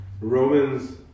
Romans